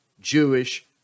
Jewish